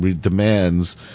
demands